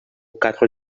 quatre